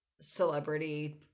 celebrity